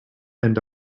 end